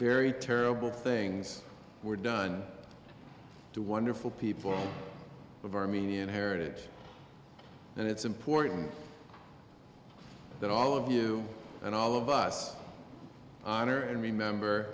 very terrible things were done to wonderful people of armenian heritage and it's important that all of you and all of us honor and remember